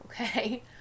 okay